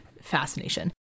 fascination